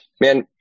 man